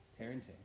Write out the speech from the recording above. parenting